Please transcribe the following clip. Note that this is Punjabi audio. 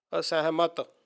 ਅਸਹਿਮਤ